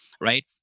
right